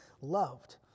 loved